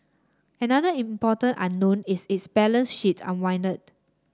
another important unknown is its balance sheet